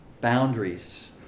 boundaries